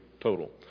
total